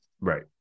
Right